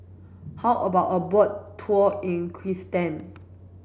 how about a boat tour in Kyrgyzstan